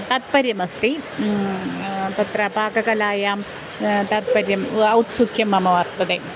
तात्पर्यमस्ति तत्र पाककलायां तात्पर्यं वा औत्सुक्यं मम वर्तते